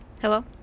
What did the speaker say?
Hello